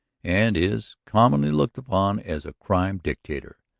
and is commonly looked upon as a crime dictator.